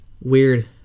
weird